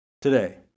today